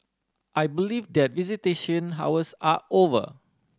I believe that visitation hours are over